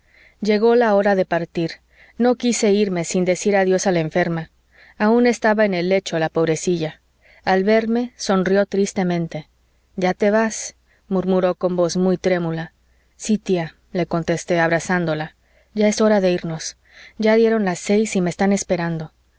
llegó la hora de partir no quise irme sin decir adiós a la enferma aun estaba en el lecho la pobrecilla al verme sonrió tristemente ya te vas murmuró con voz muy trémula sí tía le contente abrazándola ya es hora de irnos ya dieron las seis y me están esperando